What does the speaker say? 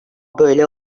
böyle